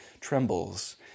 trembles